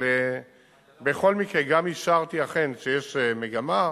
אבל בכל מקרה גם אישרתי אכן שיש מגמה.